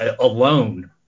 alone